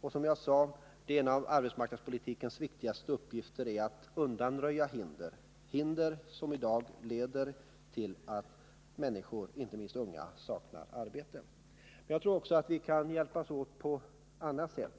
Och som jag sade, det är en av arbetsmarknadspolitikens viktigaste uppgifter att undanröja hinder — hinder som i dag leder till att människor, inte minst unga, saknar arbete. Jag tror också att vi kan hjälpas åt på annat sätt.